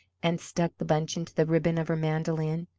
and stuck the bunch into the ribbon of her mandolin.